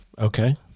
Okay